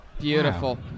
beautiful